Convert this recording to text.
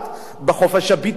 בחופש הביטוי,